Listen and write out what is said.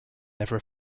never